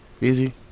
easy